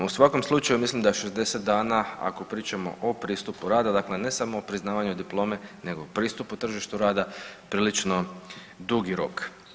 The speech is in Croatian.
U svakom slučaju mislim da 60 dana ako pričamo o pristupu rada, dakle ne samo o priznavanju diplome nego pristupu tržištu rada prilično dugi rok.